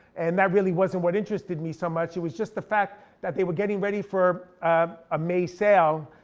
and that really wasn't what interested me so much. it was just the fact that they were getting ready for a may sale,